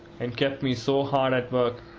and kept me so hard at work,